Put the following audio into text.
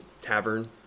tavern